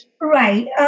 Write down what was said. Right